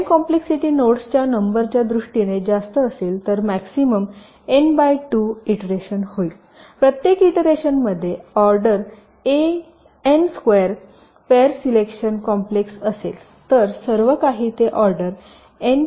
time complexity नोड्सच्या नंबरच्या दृष्टीने जास्त असेल तर maximum n by 2 n 2 iteration होईल प्रत्येक इटरेशनमध्ये order n square O n 2 per selection complex असेल तर सर्व काही ते order n cube O n 3 असेल